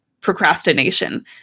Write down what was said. procrastination